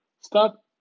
Stop